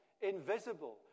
invisible